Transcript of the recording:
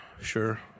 Sure